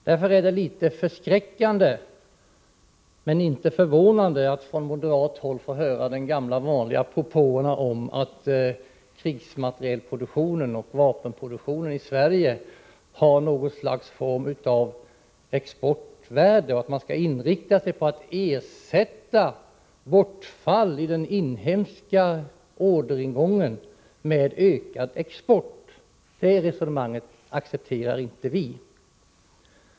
Därför är det litet förskräckande, men inte förvånande, att man från moderat håll skall få höra de gamla vanliga propåerna om att krigsmaterielproduktionen, vapenproduktionen, i Sverige har någon form av exportvärde och att man skall inrikta sig på att ersätta bortfall i den inhemska orderingången med ökad export. Det resonemanget accepterar inte vi.